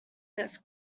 this